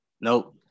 Nope